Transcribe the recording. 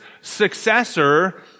successor